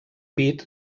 pit